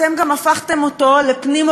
אתם גם הפכתם אותו לפנים-אורתודוקסי,